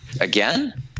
Again